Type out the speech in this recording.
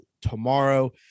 tomorrow